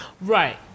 Right